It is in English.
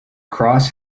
cross